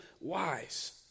wise